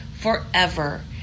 forever